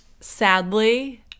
Sadly